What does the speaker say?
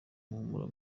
umuhumuro